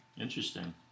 interesting